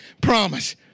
promise